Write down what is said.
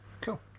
cool